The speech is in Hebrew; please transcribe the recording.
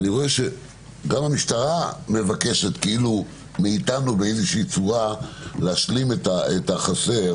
ואני רואה שגם המשטרה מבקשת מאתנו באיזושהי צורה להשלים את החסר